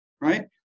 right